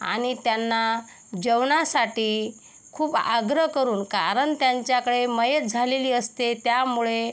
आणि त्यांना जेवणासाठी खूप आग्रह करून कारण त्यांच्याकडे मयत झालेली असते त्यामुळे